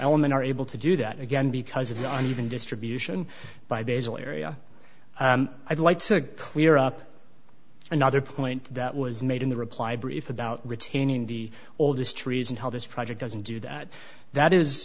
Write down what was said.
element are able to do that again because of an even distribution by basal area i'd like to clear up another point that was made in the reply brief about retaining the oldest trees and how this project doesn't do that that